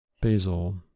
Basil